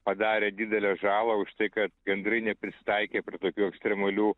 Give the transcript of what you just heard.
padarė didelę žalą už tai kad gandrai neprisitaikė prie tokių ekstremalių